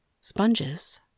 sponges